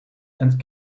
and